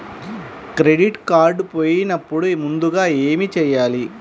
Credit card పోయినపుడు ముందుగా ఏమి చేయాలి?